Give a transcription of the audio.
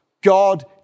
God